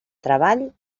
treball